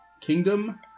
kingdom